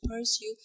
pursue